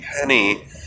penny